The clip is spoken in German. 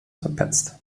verpetzt